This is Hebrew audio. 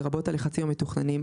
לרבות הלחצים המתוכננים,